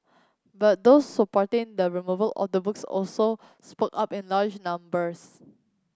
but those supporting the removal of the books also spoke up in large numbers